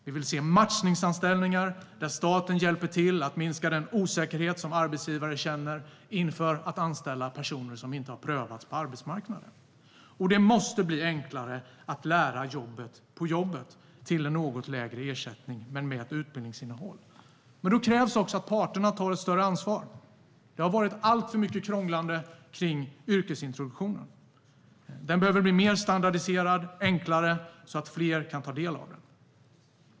Vi vill se matchningsanställningar, där staten hjälper till att minska den osäkerhet som arbetsgivare känner inför att anställa personer som inte har prövats på arbetsmarknaden. Det måste också bli enklare att lära jobbet på jobbet till en något lägre ersättning men med ett utbildningsinnehåll. Men då krävs det också att parterna tar ett större ansvar. Det har varit alltför mycket krånglande kring yrkesintroduktionen. Den behöver bli mer standardiserad och enklare, så att fler kan ta del av den.